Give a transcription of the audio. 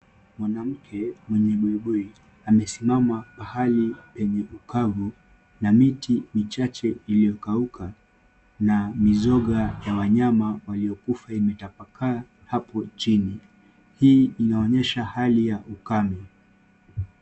Mwanamke mwenye buibui amesimama pahali penye ukavu na miti michache iliyokauka na mizoga ya wanyama waliokufa imetapakaa hapo chini. Hii inaonyesha hali ya ukame.